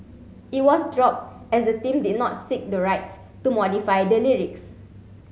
it was dropped as the team did not seek the rights to modify the lyrics